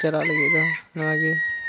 ᱪᱟᱞᱟᱜ ᱞᱟᱹᱜᱤᱫ ᱫᱚ ᱱᱚᱣᱟ ᱜᱮ